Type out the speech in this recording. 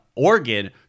Oregon